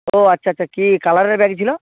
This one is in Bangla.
ও আচ্ছা আচ্ছা কী কালারের ব্যাগ ছিল